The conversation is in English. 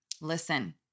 Listen